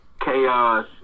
Chaos